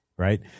right